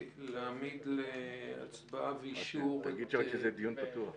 להעמיד להצבעה ולאישור את --- רק תגיד שזה דיון פתוח.